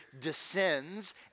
descends